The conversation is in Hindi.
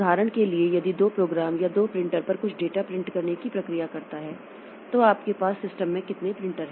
उदाहरण के लिए यदि 2 प्रोग्राम या 2 प्रिंटर पर कुछ डेटा प्रिंट करने की प्रक्रिया करता है तो आपके पास सिस्टम में कितने प्रिंटर हैं